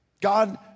God